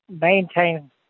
maintain